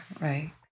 right